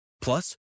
Plus